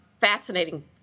fascinating